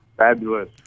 Fabulous